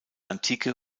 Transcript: antike